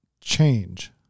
Change